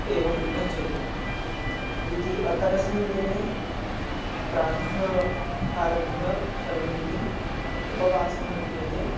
एवं गच्छति द्वितीये अपरस्मिन् दिने प्रातः आरभ्य सर्वैः उपवासः क्रियते